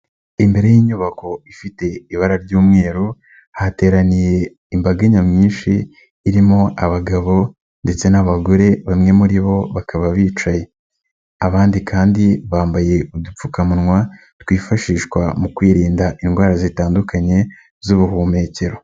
Imbere y'inyubako ifite ibara ry'umweru hateraniye imbaga nyamwinshi irimo abagabo ndetse n'abagore bamwe muri bo bakaba bicaye abandi kandi bambaye udupfukamunwa twifashishwa mu kwirinda indwara zitandukanye z'ubuhumekero.